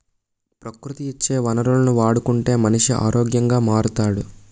ప్రకృతి ఇచ్చే వనరులను వాడుకుంటే మనిషి ఆరోగ్యంగా మారుతాడు